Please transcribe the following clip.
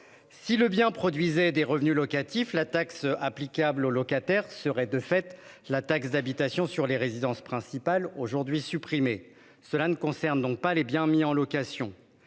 Si le bien produisait des revenus locatifs, la taxe applicable aux locataires serait de fait la taxe d'habitation sur les résidences principales, aujourd'hui supprimée. Les biens mis en location